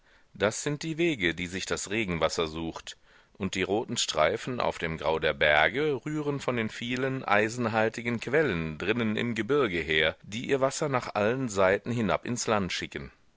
das sind die wege die sich das regenwasser sucht und die roten streifen auf dem grau der berge rühren von den vielen eisenhaltigen quellen drinnen im gebirge her die ihr wasser nach allen seiten hinab ins land schicken